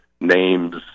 names